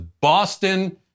Boston